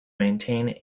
maintain